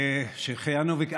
שהחיינו וקיימנו.